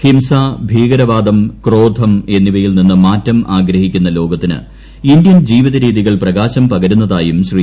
ഹിംസ ഭീകരവാദം ക്രോധം എന്നിവയിൽ നിന്നും മാറ്റം ആഗ്രഹിക്കുന്ന ലോകത്തിന് ഇന്ത്യൻ ജീവിതരീതികൾ പ്രകാശം പകരുന്നതായും ശ്രീ